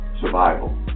Survival